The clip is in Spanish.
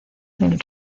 del